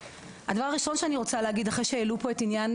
הדבר הראשון שאני רוצה להגיד אחרי שהעלו פה את עניין